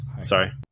Sorry